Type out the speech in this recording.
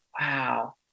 wow